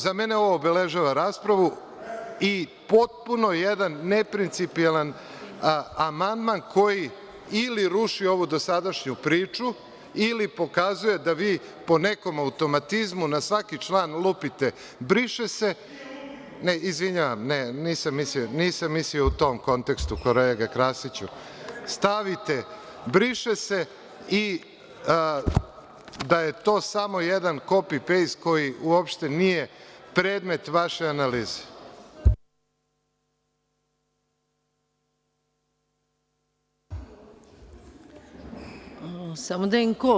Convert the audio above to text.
Za mene ovo obeležava raspravu i potpuno jedan neprincipijelan amandman koji ili ruši ovu dosadašnju priču ili pokazuje da vi po nekom automatizmu na svaki član lupite „briše se“. (Zoran Krasić: Mi lupimo?) Izvinjavam se, nisam mislio u tom kontekstu, kolega Krasiću, stavite „briše se“ i da je to samo jedan copy-paste koji uopšte nije predmet vaše analize. (Zoran Krasić: Replika.) (Vjerica Radeta: Replika.